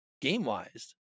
game-wise